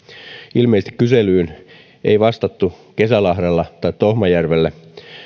ilmeisesti kyselyyn ei vastattu kesälahdella tai tohmajärvellä